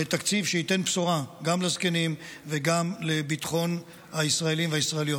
לתקציב שייתן בשורה גם לזקנים וגם לביטחון הישראלים והישראליות.